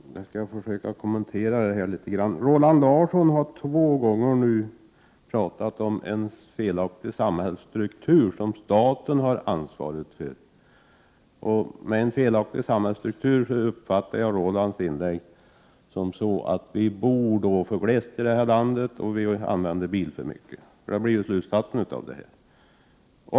Herr talman! Jag skall försöka kommentera det här litet grand. Roland Larsson har nu två gånger talat om en felaktig samhällsstruktur som staten har ansvaret för. Jag uppfattar hans inlägg på den punkten så, att vi bor för glest i det här landet och använder bil för mycket. Det blir slutsatsen av det hela.